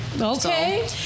Okay